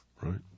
right